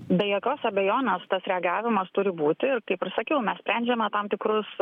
be jokios abejonės tas reagavimas turi būti ir kaip ir sakiau mes sprendžiame tam tikrus